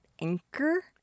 anchor